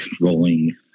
rolling